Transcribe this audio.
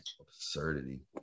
Absurdity